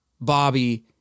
Bobby